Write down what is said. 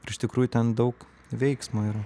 ir iš tikrųjų ten daug veiksmo yra